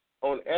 on